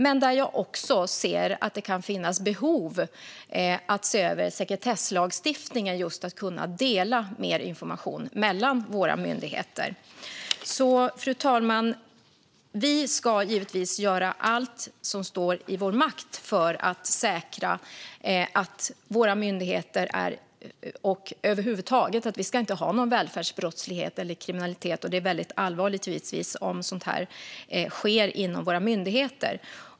Men jag ser också att det kan finnas behov av att se över sekretesslagstiftningen för att kunna dela mer information mellan våra myndigheter. Fru talman! Vi ska givetvis göra allt som står i vår makt för att säkra våra myndigheter. Vi ska över huvud taget inte ha någon välfärdsbrottslighet eller välfärdskriminalitet. Det är givetvis väldigt allvarlig om sådant sker inom våra myndigheter.